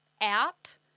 out